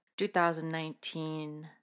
2019